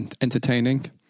entertaining